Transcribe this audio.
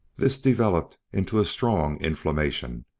this developed into a strong inflammation,